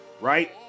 right